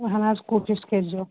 اَہَن حظ کوٗشِش کٔرۍزیٚو